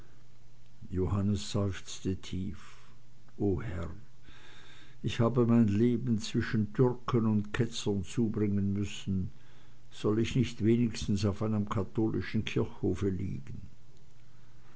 seufzte tief o herr ich habe mein leben zwischen türken und ketzern zubringen müssen soll ich nicht wenigstens auf einem katholischen kirchhofe liegen